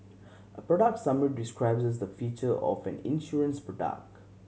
a product summary describes the feature of an insurance product